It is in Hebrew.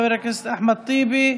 חבר הכנסת אחמד טיבי,